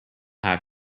have